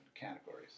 categories